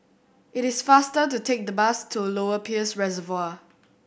it is faster to take the bus to Lower Peirce Reservoir